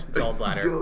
gallbladder